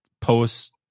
post